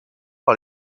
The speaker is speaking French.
par